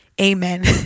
amen